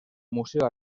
museo